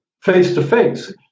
face-to-face